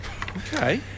Okay